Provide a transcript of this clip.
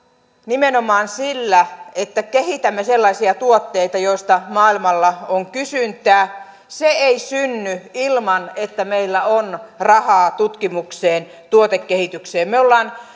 nimenomaan sillä että kehitämme sellaisia tuotteita joista maailmalla on kysyntää se ei synny ilman että meillä on rahaa tutkimukseen tuotekehitykseen me olemme